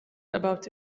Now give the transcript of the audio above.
about